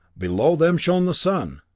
below them shone the sun!